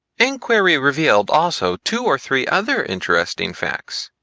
inquiry revealed, also, two or three other interesting facts.